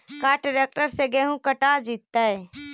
का ट्रैक्टर से गेहूं कटा जितै?